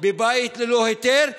בבית ללא היתר,